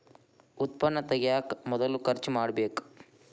ಉತ್ಪನ್ನಾ ತಗಿಯಾಕ ಮೊದಲ ಖರ್ಚು ಮಾಡಬೇಕ